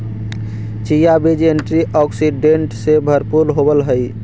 chia बीज antioxidant से भरपूर होवअ हई